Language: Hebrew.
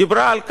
דיברה על כך: